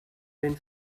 ben